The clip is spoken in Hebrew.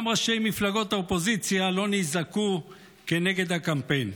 גם ראשי מפלגות האופוזיציה לא נזעקו כנגד הקמפיין.